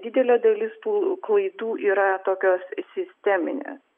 didelė dalis tų klaidų yra tokios sisteminės